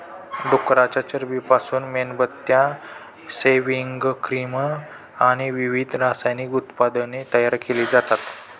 डुकराच्या चरबीपासून मेणबत्त्या, सेव्हिंग क्रीम आणि विविध रासायनिक उत्पादने तयार केली जातात